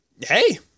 hey